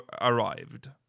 arrived